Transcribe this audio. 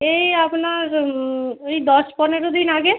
এই আপনার এই দশ পনেরো দিন আগে